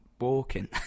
walking